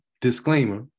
disclaimer